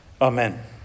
Amen